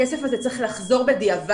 הכסף הזה צריך לחזור בדיעבד,